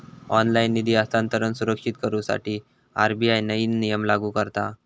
online निधी हस्तांतरण सुरक्षित करुसाठी आर.बी.आय नईन नियम लागू करता हा